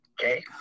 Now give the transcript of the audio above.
Okay